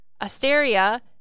Asteria